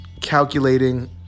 calculating